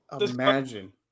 Imagine